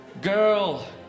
girl